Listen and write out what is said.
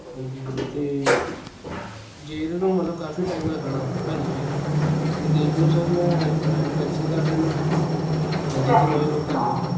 ਹਾਂਜੀ ਅਤੇ ਜੇ ਇਹਦੇ ਤੋਂ ਮਤਲਬ ਕਾਫ਼ੀ ਟਾਈਮ ਲੱਗਣਾ ਅਜੇ ਵੀ ਤਾਂ ਦੇਖ ਲਓ ਸਰ ਮੈਂ ਰਾਈਡ ਕੈਂਸਲ ਕਰ ਦਿੰਦਾ ਹਾਂਜੀ ਅਤੇ ਨਵੀਂ ਬੁੱਕ ਕਰ ਲੈਂਦਾ